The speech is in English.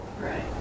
Right